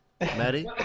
Maddie